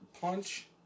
punch